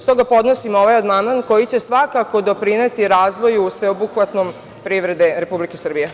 S toga podnosim ovaj amandman koji će svakako doprineti razvoju sveobuhvatnom privrede Srbije.